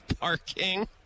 parking